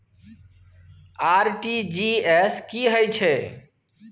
RTG S की है छै?